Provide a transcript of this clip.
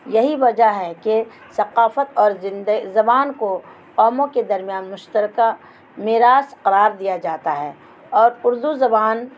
یہی وجہ ہے کہ ثقافت اور زندہ زبان کو قوموں کے درمیان مشترکہ میراث قرار دیا جاتا ہے اور اردو زبان